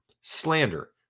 slander